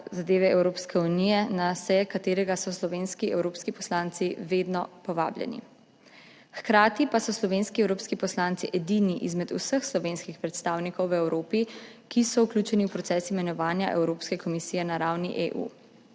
zadeve Evropske unije, na seje katerega so slovenski evropski poslanci vedno povabljeni. Hkrati pa so slovenski evropski poslanci edini izmed vseh slovenskih predstavnikov v Evropi, ki so vključeni v proces imenovanja Evropske komisije na ravni EU.